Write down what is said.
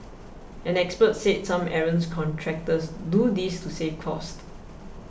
an expert said some errants contractors do this to save costs